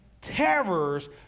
terrors